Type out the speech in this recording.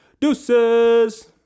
Deuces